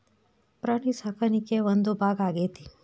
ಪ್ರಾಣಿ ಸಾಕಾಣಿಕೆಯ ಒಂದು ಭಾಗಾ ಆಗೆತಿ